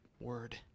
word